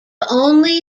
only